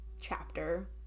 chapter